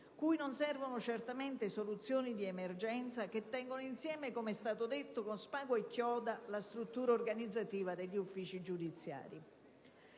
cui non servono certamente soluzioni di emergenza che tengono insieme, com'è stato detto, con spago e chiodi, la struttura organizzativa degli uffici giudiziari.